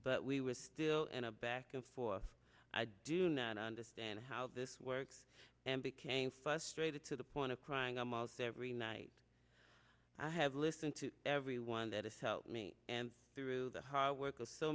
but we were still in a back and forth i do not understand how this works and became frustrated to the point of crying i'm out there every night i have listened to everyone that is help me and through the hard work